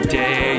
day